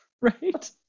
right